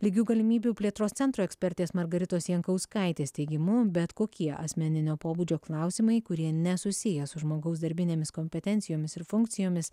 lygių galimybių plėtros centro ekspertės margaritos jankauskaitės teigimu bet kokie asmeninio pobūdžio klausimai kurie nesusiję su žmogaus darbinėmis kompetencijomis ir funkcijomis